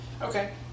Okay